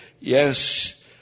yes